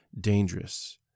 dangerous